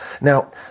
Now